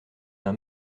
d’un